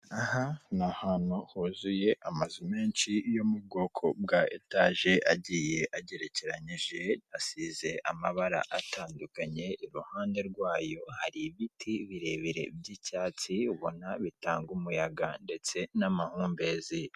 Aha ni ahantu huzuye amazu menshi yo mu bwoko bwa etaje agiye agerekeranyije asize amabara atandukanye, iruhande rwayo hari ibiti birebire by'icyatsi ubona bitanga umuyaga ndetse n'amahumbezi.